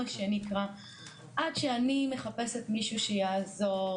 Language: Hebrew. עד שאני מחפשת מישהו שיעזור,